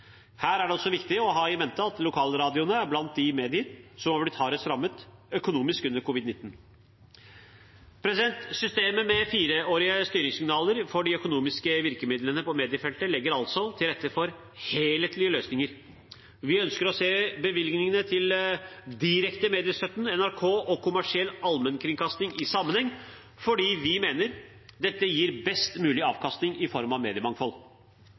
Her er det også viktig å ha i mente at lokalradioene er blant de medier som har blitt hardest rammet økonomisk under covid-19. Systemet med fireårige styringssignaler for de økonomiske virkemidlene på mediefeltet legger altså til rette for helhetlige løsninger. Vi ønsker å se bevilgningene til direkte mediestøtte, NRK og kommersiell allmennkringkasting i sammenheng fordi vi mener dette gir best mulig avkastning i form av mediemangfold.